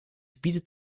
bietet